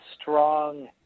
strong